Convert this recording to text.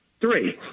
Three